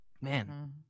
Man